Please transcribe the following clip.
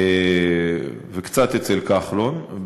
וקצת אצל כחלון,